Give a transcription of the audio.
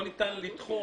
לא ניתן לתחום